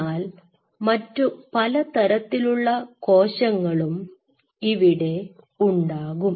എന്നാൽ മറ്റു പല തരത്തിലുള്ള കോശങ്ങളും ഇവിടെ ഉണ്ടാകും